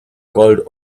called